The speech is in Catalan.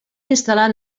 instal·lat